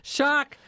Shock